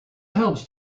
helps